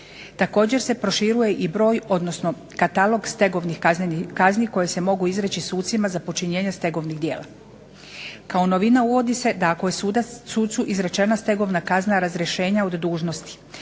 Također se proširuje katalog stegovnih kazni koje se mogu izreći sucima za počinjenje stegovnih djela. Kao novina uvodi se da ako je sucu izrečena stegovna kazna razrješenja od dužnosti,